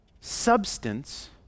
substance